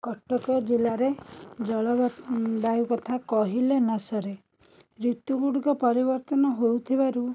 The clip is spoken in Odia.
କଟକ ଜିଲ୍ଲାରେ ଜଳବାୟୁ କଥା କହିଲେ ନ ସରେ ଋତୁ ଗୁଡ଼ିକ ପରିବର୍ତ୍ତନ ହଉଥିବାରୁ